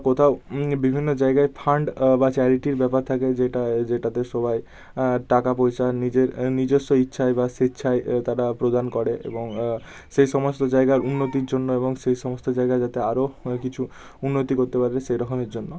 কোথাও বিভিন্ন জায়গায় ফান্ড বা চ্যারিটির ব্যাপার থাকে যেটায় যেটাতে সবাই টাকা পয়সা নিজের নিজেস্ব ইচ্ছায় বা স্বেচ্ছায় তারা প্রদান করে এবং সেই সমস্ত জায়গার উন্নতির জন্য এবং সে সমস্ত জায়গায় যাতে আরও কিছু উন্নতি করতে পারে সেরকমের জন্য